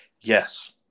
Yes